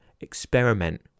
Experiment